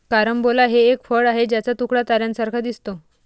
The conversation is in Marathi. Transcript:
कारंबोला हे एक फळ आहे ज्याचा तुकडा ताऱ्यांसारखा दिसतो